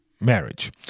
Marriage